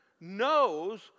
knows